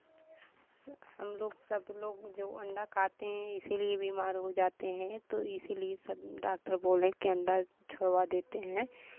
हम लोग सब लोग जो अंडा खाते हैं इसीलिए बीमार हो जाते हैं तो इसीलिए सब डाक्टर बोले कि अंडा छुड़वा देते हैं